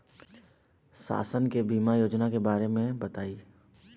शासन के बीमा योजना के बारे में बताईं?